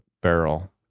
barrel